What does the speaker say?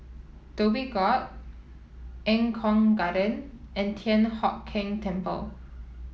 Dhoby Ghaut Eng Kong Garden and Thian Hock Keng Temple